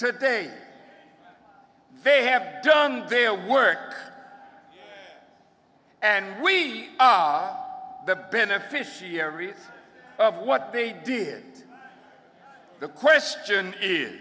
today they have done their work and we the beneficiaries of what they did the question is